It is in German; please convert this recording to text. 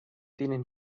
denen